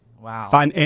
wow